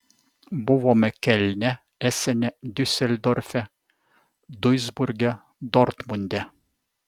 buvome kelne esene diuseldorfe duisburge dortmunde